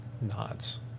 nods